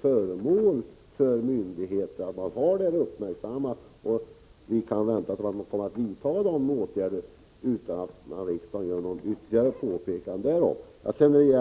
frågan är föremål för uppmärksamhet och att vi kan vänta oss att det vidtas åtgärder utan att riksdagen gör något ytterligare Prot. 1985/86:140 påpekande därom.